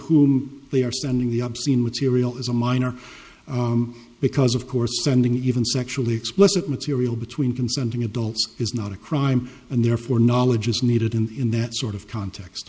whom they are sending the obscene material is a minor because of course sending even sexually explicit material between consenting adults is not a crime and therefore knowledge is needed in that sort of context